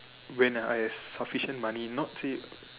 when I have sufficient money not say